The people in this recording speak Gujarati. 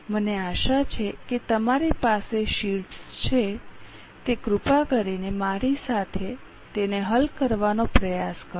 મને આશા છે કે તમારી પાસે શીટ્સ છે કૃપા કરીને મારી સાથે તેને હલ કરવાનો પ્રયાસ કરો